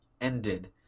ended